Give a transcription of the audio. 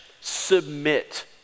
submit